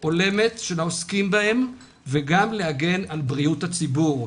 הולמת של העוסקים בהם וגם להגן על בריאות הציבור.